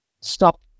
stop